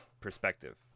perspective